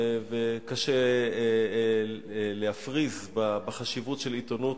וקשה להפריז בחשיבות של עיתונות,